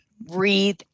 breathe